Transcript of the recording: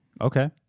Okay